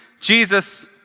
Jesus